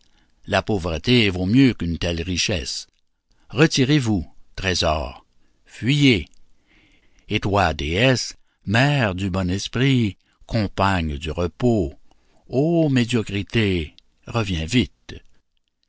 la pauvreté vaut mieux qu'une telle richesse retirez-vous trésors fuyez et toi déesse mère du bon esprit compagne du repos ô médiocrité reviens vite